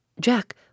Jack